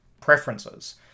preferences